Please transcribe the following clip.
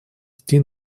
идти